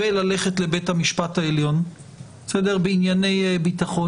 וללכת לבית המשפט העליון בענייני ביטחון.